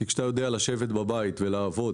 כשאתה יודע לשבת בבית ולעבוד,